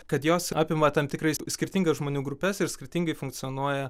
kad jos apima tam tikrais skirtingas žmonių grupes ir skirtingai funkcionuoja